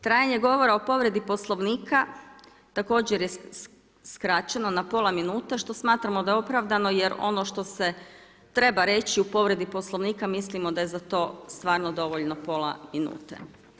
Trajanje govora o povredi Poslovnika također je skraćeno na pola minute što smatramo da je opravdano jer ono što se treba reći u povredi Poslovnika mislimo da je za to stvarno dovoljno pola minute.